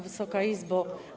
Wysoka Izbo!